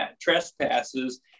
trespasses